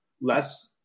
less